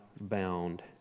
bound